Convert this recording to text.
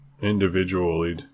individually